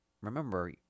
Remember